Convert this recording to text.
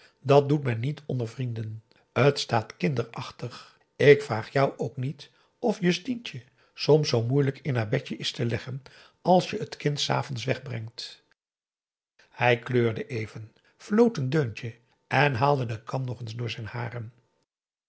dat doet men niet onder vrienden t staat kinderachtig ik vraag jou ook niet p a daum hoe hij raad van indië werd onder ps maurits of justientje soms zoo moeilijk in haar bedje is te leggen als je t kind s avonds wegbrengt hij kleurde even floot een deuntje en haalde de kam nog eens door zijn haren